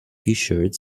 tshirt